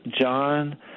John